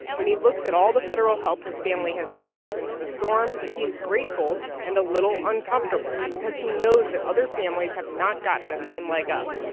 when he looks at all the federal help his family has gotten since the storm, he is grateful and a little uncomfortable because he knows that other families have not gotten the same leg up,